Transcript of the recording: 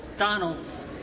Donalds